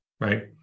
right